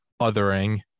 othering